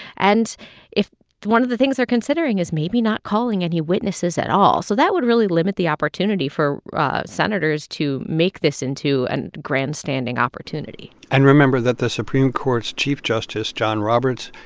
and if one of the things they're considering is maybe not calling any witnesses at all, so that would really limit the opportunity for senators to make this into a and grandstanding opportunity and remember that the supreme court's chief justice, john roberts,